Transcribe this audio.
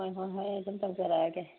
ꯍꯣꯏ ꯍꯣꯏ ꯍꯣꯏ ꯑꯩ ꯑꯗꯨꯝ ꯇꯧꯖꯔꯛꯂꯒꯦ